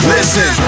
Listen